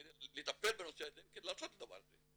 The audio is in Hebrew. כדי לטפל בנושא הזה לעשות את הדבר הזה.